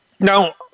Now